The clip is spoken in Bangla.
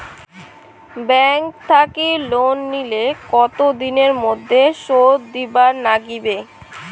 ব্যাংক থাকি লোন নিলে কতো দিনের মধ্যে শোধ দিবার নাগিবে?